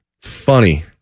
funny